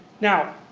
now,